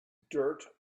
dirt